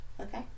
Okay